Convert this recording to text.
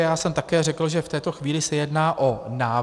Já jsem také řekl, že v této chvíli se jedná o návrh.